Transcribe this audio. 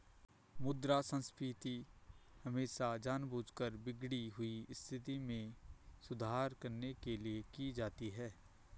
मुद्रा संस्फीति हमेशा जानबूझकर बिगड़ी हुई स्थिति में सुधार करने के लिए की जाती है